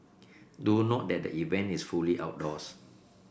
do note that the event is fully outdoors